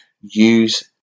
use